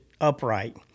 upright